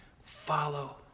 Follow